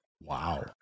Wow